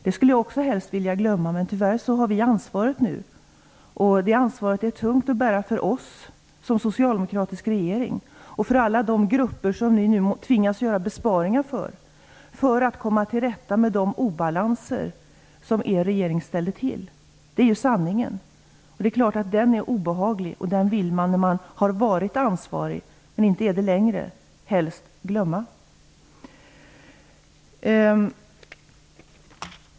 Det skulle också jag helst vilja glömma. Men tyvärr har vi nu ansvaret. Det ansvaret är tungt att bära för oss som sitter i en socialdemokratisk regering och för alla de grupper som vi nu tvingas göra besparingar för. Det måste vi göra för att komma till rätta med de obalanser som er regering ställde till med. Det är sanningen. Det är klart att den är obehaglig. Den vill man när man har varit ansvarig men inte är det längre helst glömma.